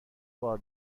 بار